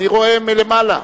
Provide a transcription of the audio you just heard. אני רואה מלמעלה.